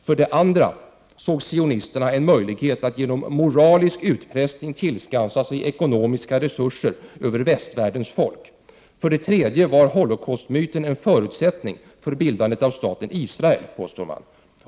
För det andra såg sionisterna en möjlighet att genom moralisk utpressning tillskansa sig ekonomiska resurser över västvärldens folk. För det tredje var Holocaustmyten en förutsättning för bildandet av staten Israel.